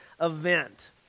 event